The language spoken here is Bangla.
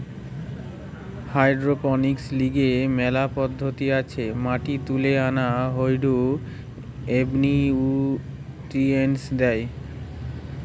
হাইড্রোপনিক্স লিগে মেলা পদ্ধতি আছে মাটি তুলে আনা হয়ঢু এবনিউট্রিয়েন্টস দেয়